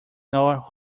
nor